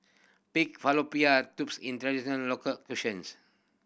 pig tubes is local cuisines